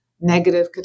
negative